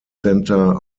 center